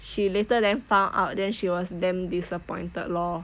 she later than found out then she was damn disappointed lor